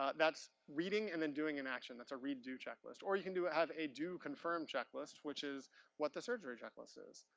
ah that's reading and then doing an action. that's a read-do checklist. or you can have a do-confirm checklist, which is what the surgery checklist is.